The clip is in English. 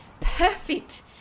perfect